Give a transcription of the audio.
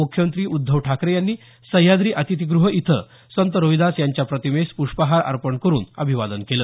मुख्यमंत्री उद्धव ठाकरे यांनी सह्याद्री अतिथीग्रह इथं संत रोहिदास यांच्या प्रतिमेस प्रष्पहार अर्पण करून अभिवादन केलं